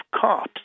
cops